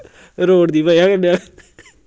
road दी बजह कन्नै